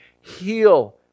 heal